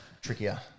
trickier